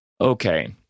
Okay